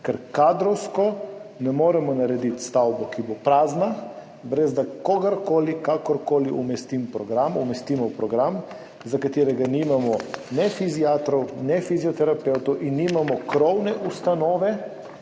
ker kadrovsko ne moremo narediti stavbe, ki bo prazna, brez da kogarkoli kakorkoli umestimo v program, za katerega nimamo ne fiziatrov ne fizioterapevtov in nimamo krovne ustanove,